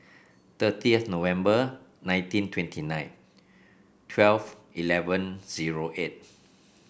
thirtieth November nineteen twenty nine twelve eleven zero eight